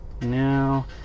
Now